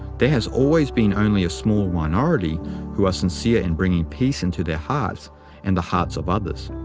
there has always been only a small minority who are sincere in bringing peace into their hearts and the hearts of others.